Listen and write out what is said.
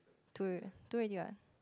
two two already what